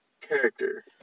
character